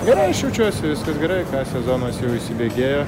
gerai aš jaučiuosi viskas gerai ką sezonas jau įsibėgėjo